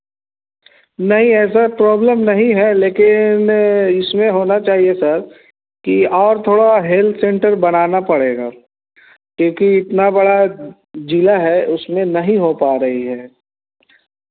नहीं ऐसा प्रॉब्लम नहीं है लेकिन इसमें होना चाहिए सर कि और थोड़ा हेल्प सेंटर बनाना पड़ेगा क्योंकि इतना बड़ा जिला है उसमें नहीं हो पा रही है